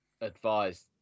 advised